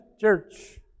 church